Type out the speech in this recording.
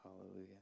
Hallelujah